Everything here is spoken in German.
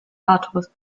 artus